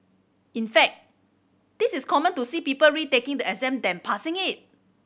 in fact this is common to see people retaking the exam than passing it